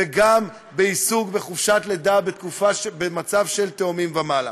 וגם עיסוק בחופשת לידה במצב של תאומים ומעלה.